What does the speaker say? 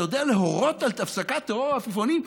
אתה יודע להורות על הפסקת טרור העפיפונים?